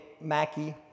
Mackey